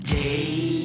day